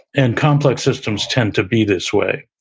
and complex systems tend to be this way.